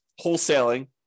wholesaling